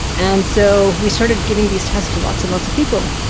and so we started giving these tests to lots and lots of people.